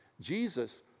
Jesus